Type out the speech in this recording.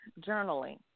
journaling